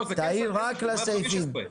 תעיר רק לסעיפים.